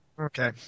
Okay